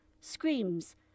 screams